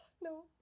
No